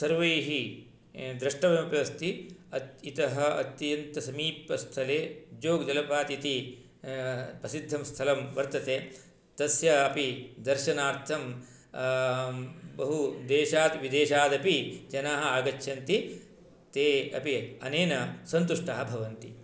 सर्वैः द्रष्टव्यमपि अस्ति इतः अत्यन्त समीपस्थले जोग्जलपात् इति प्रसिद्धं स्थलं वर्तते तस्य अपि दर्शनार्थं बहुदेशात् विदेशादपि जनाः आगच्छन्ति ते अपि अनेन सन्तुष्टाः भवन्ति